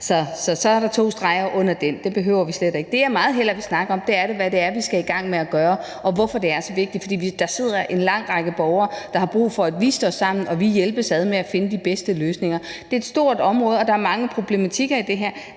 Så er der to streger under det, det behøver vi slet ikke snakke om. Det, jeg meget hellere vil snakke om, er, hvad det er, vi skal i gang med at gøre, og hvorfor det er så vigtigt. For der sidder en lang række borgere, der har brug for, at vi står sammen, og at vi hjælpes ad med at finde de bedste løsninger. Det er et stort område, og der er mange problematikker i det her.